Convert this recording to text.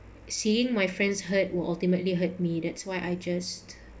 seeing my friends hurt will ultimately hurt me that's why I just